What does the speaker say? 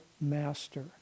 master